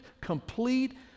complete